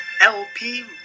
LP